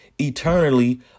eternally